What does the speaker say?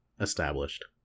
established